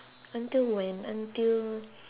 until when until